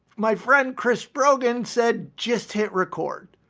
my friend chris brogan said, just hit record.